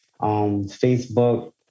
Facebook